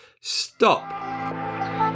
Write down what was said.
stop